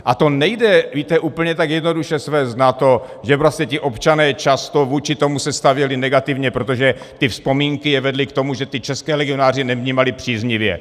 A to nejde, víte, úplně tak jednoduše svést na to, že vlastně ti občané se často vůči tomu stavěli negativně, protože ty vzpomínky je vedly k tomu, že české legionáře nevnímali příznivě.